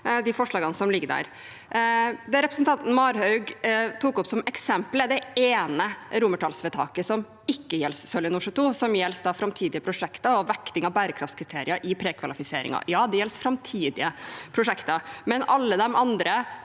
Det representanten Marhaug tok opp som eksempel, er det ene romertallsvedtaket som ikke gjelder Sørlige Nordsjø II, men framtidige prosjekter og vekting av bærekraftskriterier i prekvalifiseringen. Det gjelder framtidige prosjekter. Alle de andre